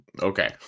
okay